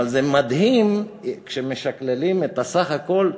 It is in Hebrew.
אבל זה מדהים כשמשקללים את הסך הכול.